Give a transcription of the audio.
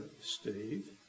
Steve